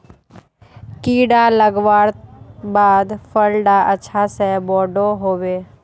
कीड़ा लगवार बाद फल डा अच्छा से बोठो होबे?